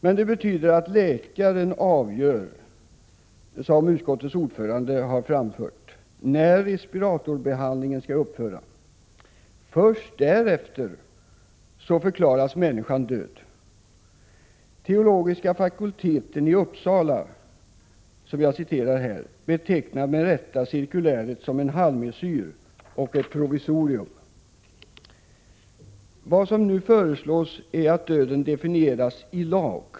Men det betyder, som utskottets ordförande har framhållit, att läkaren avgör när respiratorbehandlingen skall upphöra. Först därefter förklaras människan död. Teologiska fakulteten i Uppsala betecknar med rätta cirkuläret som en halvmesyr och ett provisorium. Vad som nu föreslås, är att döden definieras i lag.